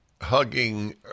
hugging